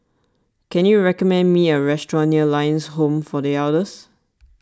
can you recommend me a restaurant near Lions Home for the Elders